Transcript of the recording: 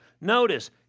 Notice